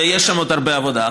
ויש שם עוד הרבה עבודה.